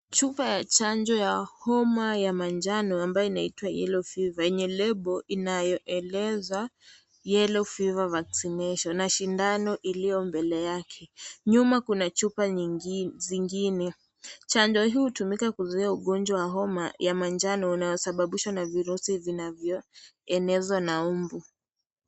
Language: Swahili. Chupa ya chanjo ya homa ya manjano, ambayo inaitwa, yellow fever , yenye label inayoeleza yellow fever vaccination ,na sindano iliyo mbele yake. Nyuma kuna chupa nyingine, zingine. Chanjo hii hutumika kuzuia ugonjwa wa homa ya manjano inayosababisha na virusi vinavyoenezwa na mbu.